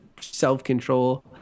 self-control